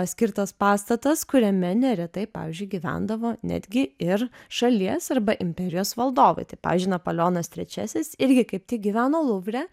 skirtas pastatas kuriame neretai pavyzdžiui gyvendavo netgi ir šalies arba imperijos valdovai tai pavyzdžiui napoleonas trečiasis irgi kaip tik gyveno luvre